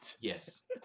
yes